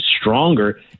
stronger